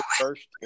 first